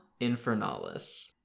Infernalis